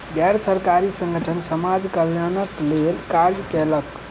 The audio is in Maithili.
गैर सरकारी संगठन समाज कल्याणक लेल कार्य कयलक